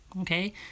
okay